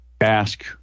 ask